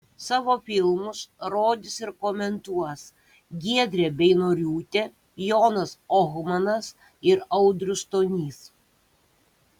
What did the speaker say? savo filmus rodys ir komentuos giedrė beinoriūtė jonas ohmanas ir audrius stonys